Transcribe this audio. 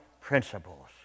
principles